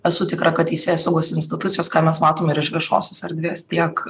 esu tikra kad teisėsaugos institucijos ką mes matome ir iš viešosios erdvės tiek